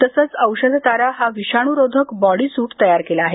तसंच औषध तारा हा विषाणु रोधक बॉडी सूट तयार केला आहे